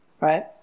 right